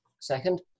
second